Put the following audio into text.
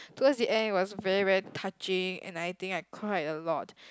towards the end it was very very touching and I think I cried a lot